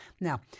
Now